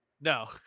No